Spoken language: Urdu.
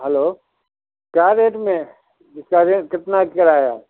ہیلو کیا ریٹ میں اِس کا رینٹ کتنا ہے کرایہ